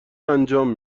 انجام